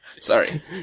Sorry